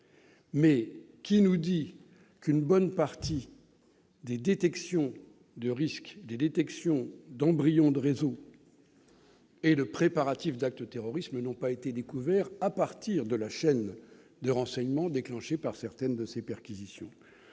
Mais qui nous dit qu'une bonne partie de la détection des risques, d'embryons de réseaux et de préparatifs d'actes terroristes n'ont pas été découverts à partir de la chaîne de renseignement déclenchée par certaines de ces perquisitions ?